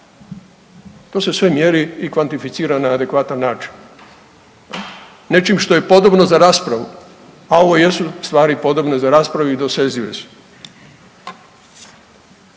To se sve mjeri i kvantificira na adekvatan način, nečim što je podobno za raspravu, a ovo jesu stvari podobne za raspravu i dosezive su.